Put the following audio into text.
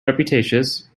repetitious